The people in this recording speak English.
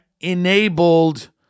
enabled